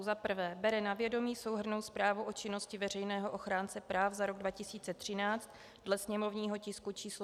I. bere na vědomí souhrnnou zprávu o činnosti veřejného ochránce práv za rok 2013 dle sněmovního tisku číslo 147,